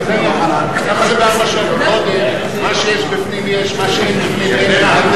מה שיש בפנים יש, מה שאין בפנים אין, על זה